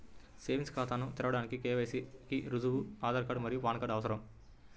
savings ఖాతాను తెరవడానికి KYC కి రుజువుగా ఆధార్ మరియు పాన్ కార్డ్ అవసరం